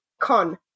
Con